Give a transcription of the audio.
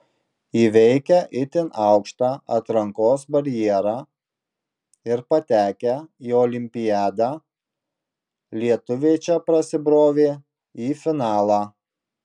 įveikę itin aukštą atrankos barjerą ir patekę į olimpiadą lietuviai čia prasibrovė į finalą